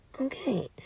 okay